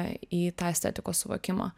į tą estetikos suvokimą